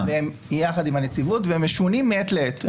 יחד עם הנציבות והם משונים מעת לעת.